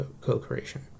co-creation